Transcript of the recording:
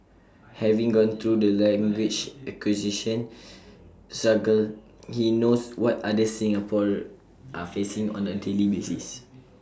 having gone through the language acquisition struggle he knows what others in Singapore are facing on A daily basis